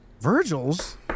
Virgil's